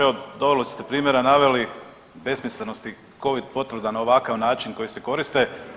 Evo dovoljno ste primjera naveli besmislenosti covid potvrda na ovakav način koji se koriste.